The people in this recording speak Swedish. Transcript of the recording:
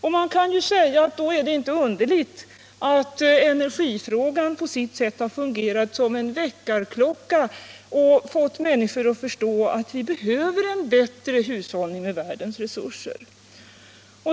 Det är inte underligt att energifrågan har fungerat som en väckarklocka och fått människor att förstå att vi behöver en bättre hushållning med världens resurser.